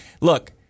Look